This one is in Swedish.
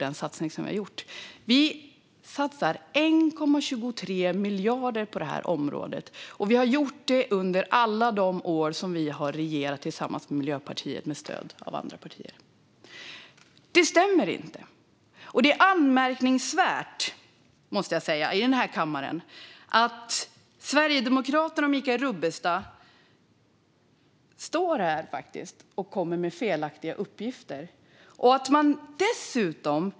Vi satsar 1,23 miljarder på det här området, och vi har gjort det under alla de år som vi har regerat tillsammans med Miljöpartiet med stöd av andra partier. Det stämmer inte, och jag måste säga att det är anmärkningsvärt att Sverigedemokraterna och Michael Rubbestad står här i kammaren och kommer med felaktiga uppgifter.